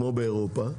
כמו באירופה,